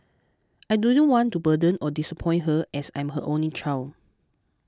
I didn't want to burden or disappoint her as I'm her only child